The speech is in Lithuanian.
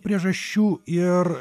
priežasčių ir